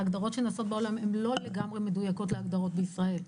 ההגדרות בעולם לא לגמרי מדויקות להגדרות בישראל.